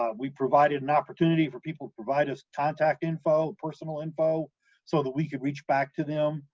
um we provided an opportunity for people to provide us contact info, personal info so that we could reach back to them,